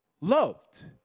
loved